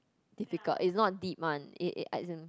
difficult it's not deep one it it as in